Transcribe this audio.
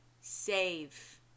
Save